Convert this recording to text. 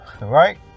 right